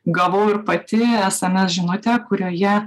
gavau ir pati sms žinutę kurioje